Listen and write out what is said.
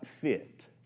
fit